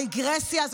הרגרסיה הזאת,